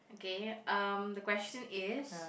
okay um the question is